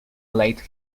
late